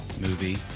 movie